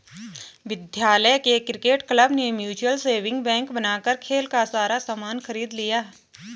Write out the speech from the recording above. विद्यालय के cricket club ने म्यूचल सेविंग बैंक बनाकर खेल का सारा सामान खरीद लिया